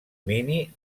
mini